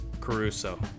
Caruso